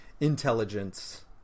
intelligence